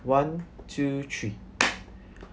one two three